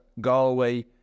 Galway